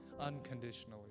unconditionally